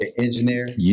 engineer